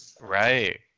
Right